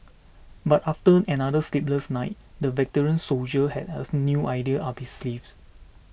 but after another sleepless night the veteran soldier had a new idea up his sleeve